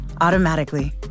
automatically